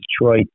Detroit